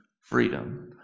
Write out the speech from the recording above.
freedom